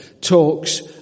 talks